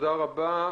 תודה רבה.